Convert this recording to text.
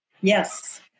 yes